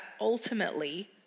ultimately